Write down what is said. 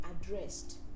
addressed